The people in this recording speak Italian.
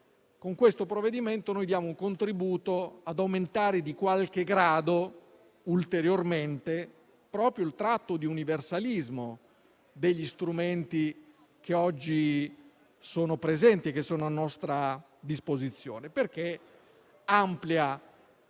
Con il provvedimento al nostro esame diamo un contributo ad aumentare di qualche grado proprio il tratto di universalismo degli strumenti che oggi sono presenti e che sono a nostra disposizione, perché